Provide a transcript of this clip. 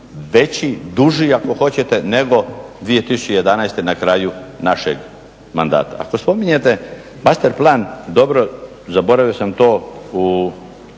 veći, duži ako hoćete nego 2011. na kraju našeg mandata. Ako spominjete master plan, dobro, zaboravio sam to u